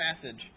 passage